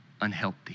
unhealthy